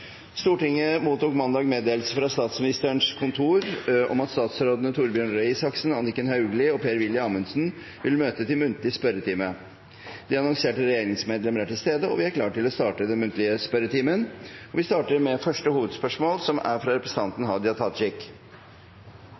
Stortinget mottok mandag meddelelse fra Statsministerens kontor om at statsrådene Torbjørn Røe Isaksen, Anniken Hauglie og Per-Willy Amundsen vil møte til muntlig spørretime. De annonserte regjeringsmedlemmer er til stede, og vi er klare til å starte den muntlige spørretimen. Vi starter med første hovedspørsmål, fra representanten Hadia Tajik.